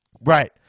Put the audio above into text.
Right